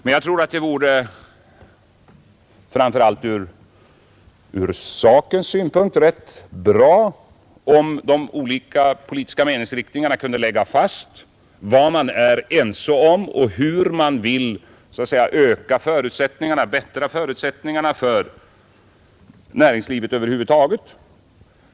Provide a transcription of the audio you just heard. Men jag tror att det vore, framför allt ur sakens synpunkt, rätt bra om de olika politiska meningsriktningarna kunde lägga fast vad de är ense om och hur de vill bättra förutsättningarna för näringslivet över huvud taget.